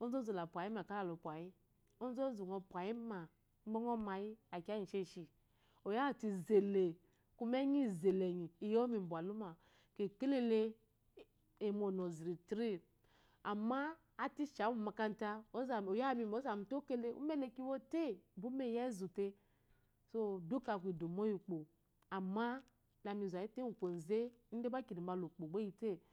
ozozu la pwayi ma ka lo pwayi. Onzozu ngɔ pwayi ma gba ngɔ mayi aku kiya igi isheshi, oyawa te lzele, kuma enyi zele awu iyowu mbwaluma. Kekelele eyi mu onoziri tiri, amma atesha wu mu omakata oyami ma ozami te okele umele kiwote bɔ ume eyi ezute. so duka aku idomo ukpo, amma lami zayi te ngwu koze ide gba kiri mbala ukpo ki wole. ngɔ wo okokori.